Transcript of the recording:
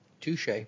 Touche